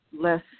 less